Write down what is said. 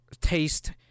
taste